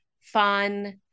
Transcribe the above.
fun